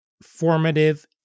formative